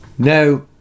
Now